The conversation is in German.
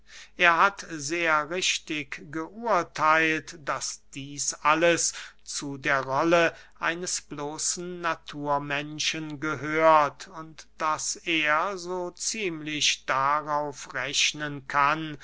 er hat sehr richtig geurtheilt daß dieß alles zu der rolle eines bloßen naturmenschen gehört und daß er so ziemlich darauf rechnen kann